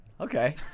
Okay